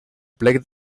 plec